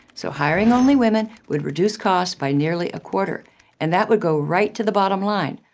so, hiring only women would reduce costs by nearly a quarter and that would go right to the bottom line.